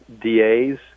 DAs